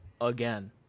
Again